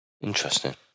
Interesting